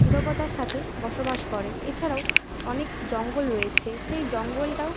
নীরবতার সাথে বসবাস করে এছাড়াও অনেক জঙ্গল রয়েছে সেই জঙ্গলটাও